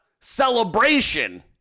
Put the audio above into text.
celebration